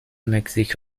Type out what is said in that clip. مکزیک